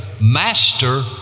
master